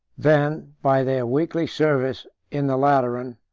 than by their weekly service in the lateran,